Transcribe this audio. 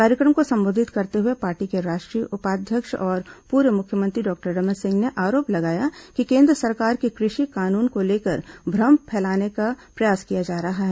कार्यक्रम को संबोधित करते हुए पार्टी के राष्ट्रीय उपाध्यक्ष और पूर्व मुख्यमंत्री डॉक्टर रमन सिंह ने आरोप लगाया कि केन्द्र सरकार के कृषि कानून को लेकर भ्रम फैलाने का प्रयास किया जा रहा है